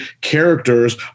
characters